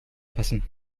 passen